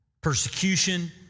persecution